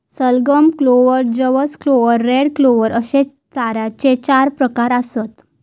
सलगम, क्लोव्हर, जवस clover, red clover अश्ये चाऱ्याचे चार प्रकार आसत